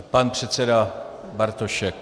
Pan předseda Bartošek.